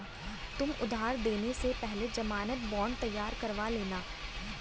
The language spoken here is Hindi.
तुम उधार देने से पहले ज़मानत बॉन्ड तैयार करवा लेना